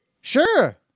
Sure